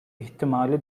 ihtimali